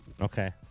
Okay